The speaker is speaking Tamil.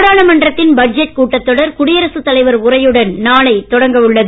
நாடாளுமன்றத்தின் பட்ஜெட் கூட்டத் தொடர் குடியரசு தலைவர் உரையுடன் நாளை தொடங்க உள்ளது